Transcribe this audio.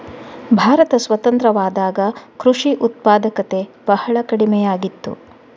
ಭಾರತ ಸ್ವತಂತ್ರವಾದಾಗ ಕೃಷಿ ಉತ್ಪಾದಕತೆ ಬಹಳ ಕಡಿಮೆಯಾಗಿತ್ತು